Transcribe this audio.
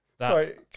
Sorry